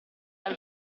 dal